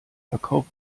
verkauf